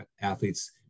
athletes